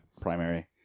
primary